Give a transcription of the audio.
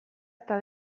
eta